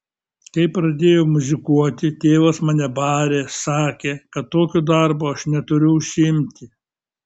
kai pradėjau muzikuoti tėvas mane barė sakė kad tokiu darbu aš neturiu užsiimti